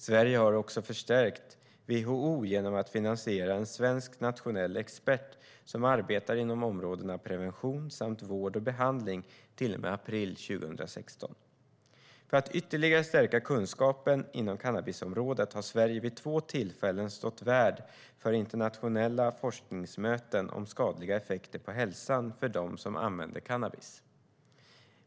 Sverige har också förstärkt WHO genom att finansiera en svensk nationell expert som arbetar inom områdena prevention samt vård och behandling till och med april 2016. För att ytterligare stärka kunskapen inom cannabisområdet har Sverige vid två tillfällen stått värd för internationella forskningsmöten om skadliga effekter på hälsan för dem som använder cannabis.